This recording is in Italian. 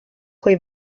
coi